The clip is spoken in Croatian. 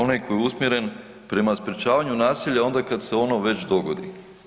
Onaj koji je usmjeren prema sprječavanju nasilja onda kad se ono već dogodi.